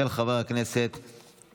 ותיכנס לספר החוקים.